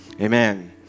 amen